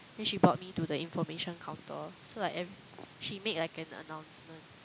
then she bought me to the information counter so like ev~ she make like an announcement